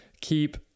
Keep